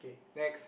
next